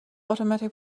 automatic